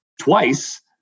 twice